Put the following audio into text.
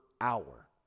hour